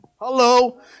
Hello